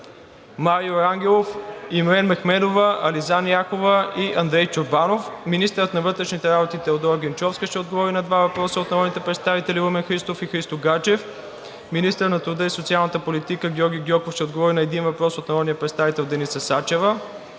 Марио Рангелов; Имрен Мехмедова; Ализан Яхова и Андрей Чорбанов. 7. Министърът на външните работи Теодора Генчовска ще отговори на два въпроса от народните представители Румен Христов и Христо Гаджев. 8. Министърът на труда и социалната политика Георги Гьоков ще отговори на един въпрос от народния представител Деница Сачева.